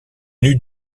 eût